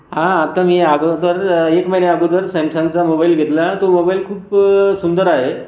हा तर मी अगोदर एक महिन्याअगोदर सॅमसंगचा मोबाईल घेतला तो मोबाईल खूप सुंदर आहे